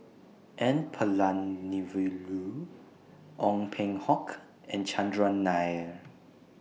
N Palanivelu Ong Peng Hock and Chandran Nair